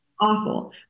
awful